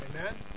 Amen